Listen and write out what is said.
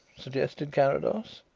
suggested carrados.